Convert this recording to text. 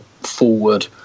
forward